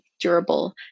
durable